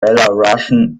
belarusian